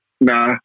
nah